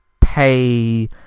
pay